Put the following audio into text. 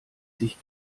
sich